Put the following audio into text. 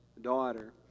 daughter